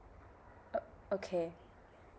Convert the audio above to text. uh okay